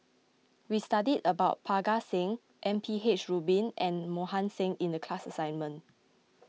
we studied about Parga Singh M P H Rubin and Mohan Singh in the class assignment